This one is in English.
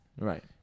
Right